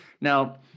now